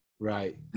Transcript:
Right